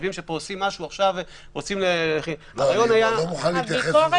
חושבים שעושים פה משהו --- אני לא מוכן להתייחס